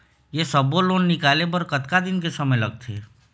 ये सब्बो लोन निकाले बर कतका दिन के समय लगथे?